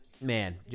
man